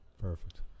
Perfect